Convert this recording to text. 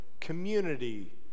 community